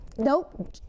Nope